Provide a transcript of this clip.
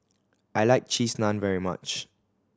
I like Cheese Naan very much